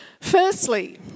Firstly